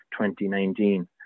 2019